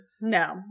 No